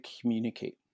communicate